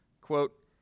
Quote